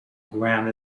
ground